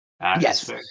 Yes